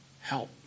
help